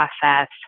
process